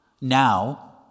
now